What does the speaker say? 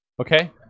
Okay